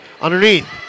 Underneath